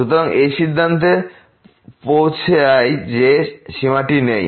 সুতরাং এই সিদ্ধান্তে পৌঁছে যে সীমাটি নেই